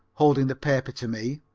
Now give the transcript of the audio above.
holding the paper to me.